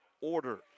order